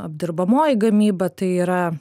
apdirbamoji gamyba tai yra